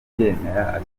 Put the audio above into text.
abyemera